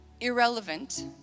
irrelevant